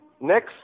Next